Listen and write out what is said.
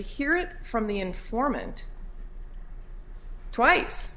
to hear it from the informant twice